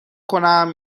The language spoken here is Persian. کنم